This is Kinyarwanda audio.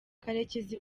karekezi